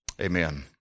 Amen